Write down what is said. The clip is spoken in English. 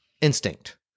instinct